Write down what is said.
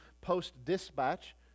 Post-Dispatch